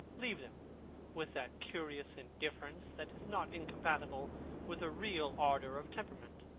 leave them with that curious indifference that is not incompatible with a real ardour of temperament,